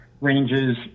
ranges